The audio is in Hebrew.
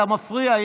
אתה מפריע.